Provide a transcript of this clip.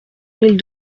mille